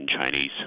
Chinese